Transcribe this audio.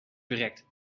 verrekt